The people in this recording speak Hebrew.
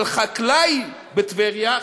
אבל חקלאי בטבריה,